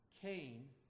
Cain